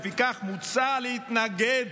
לפיכך, מוצע להתנגד